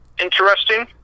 interesting